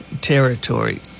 territory